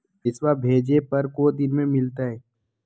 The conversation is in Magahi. पैसवा भेजे पर को दिन मे मिलतय?